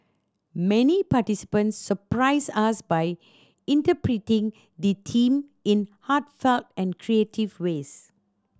many participants surprised us by interpreting the theme in heartfelt and creative ways